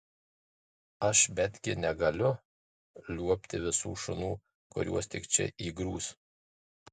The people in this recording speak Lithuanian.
aš betgi negaliu liuobti visų šunų kuriuos tik čia įgrūs